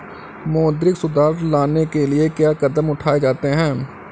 मौद्रिक सुधार लाने के लिए क्या कदम उठाए जाते हैं